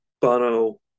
Bono